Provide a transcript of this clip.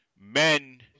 men